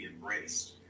embraced